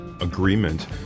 agreement